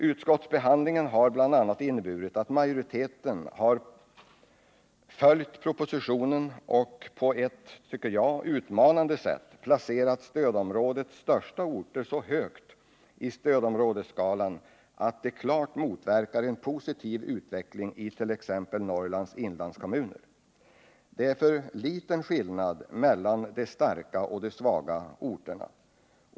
Utskottsbehandlingen har bl.a. inneburit att majoriteten har följt propositionen och på ett, tycker jag, utmanande sätt placerat stödområdets största orter så högt i stödområdesskalan att det klart motverkar en positiv utveckling i t.ex. Norrlands inlandskommuner. Det är för liten skillnad mellan de starka och de svaga orterna.